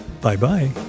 Bye-bye